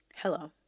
hello